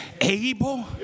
able